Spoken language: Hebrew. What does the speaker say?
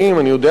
אני יודע מה?